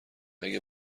اگه